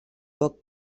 poc